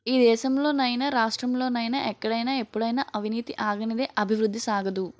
ఈ దేశంలో నైనా రాష్ట్రంలో నైనా ఎక్కడైనా ఎప్పుడైనా అవినీతి ఆగనిదే అభివృద్ధి సాగదు